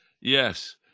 Yes